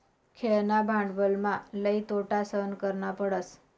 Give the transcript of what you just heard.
खेळणा भांडवलमा लई तोटा सहन करना पडस